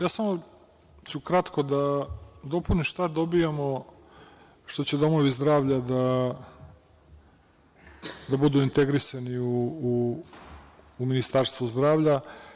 Samo ću kratko da dopunim šta dobijamo što će domovi zdravlja da budu integrisani u Ministarstvu zdravlja.